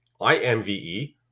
IMVE